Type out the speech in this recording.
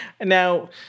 Now